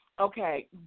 Okay